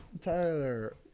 Tyler